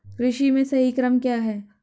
कृषि में सही क्रम क्या है?